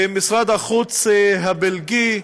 במשרד החוץ הבלגי.